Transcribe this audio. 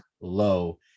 Low